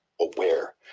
aware